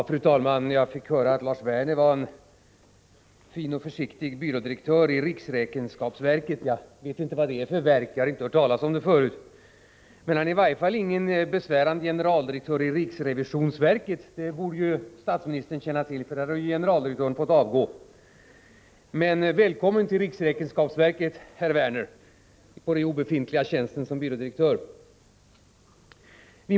Fru talman! Jag fick här veta att Lars Werner var en fin och försiktig byrådirektör i riksräkenskapsverket. Jag vet inte vad det är för verk, jag har inte hört talas om det förut. Lars Werner är i varje fall ingen besvärande generaldirektör i riksrevisionsverket. Det borde statsministern känna till, eftersom den generaldirektören ju har fått avgå. Välkommen till riksräkenskapsverket och den obefintliga tjänsten som byrådirektör, herr Werner!